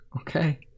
Okay